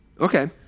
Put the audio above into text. Okay